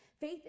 Faith